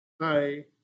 Hi